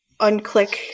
unclick